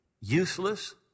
useless